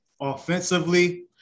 offensively